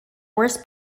worst